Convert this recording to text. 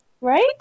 Right